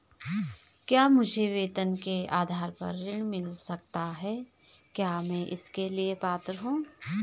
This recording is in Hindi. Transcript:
क्या मुझे वेतन के आधार पर ऋण मिल सकता है क्या मैं इसके लिए पात्र हूँ?